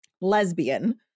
Lesbian